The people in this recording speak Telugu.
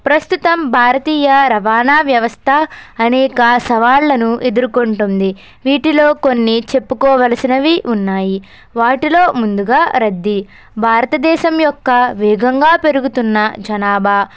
ప్రస్తుతం భారతీయ రవాణా వ్యవస్థ అనేక సవాళ్ళను ఎదుర్కొంటుంది వీటిలో కొన్ని చెప్పుకోవలసినవి ఉన్నాయి వాటిలో ముందుగా రద్దీ భారతదేశం యొక్క వేగంగా పెరుగుతున్న జనాభా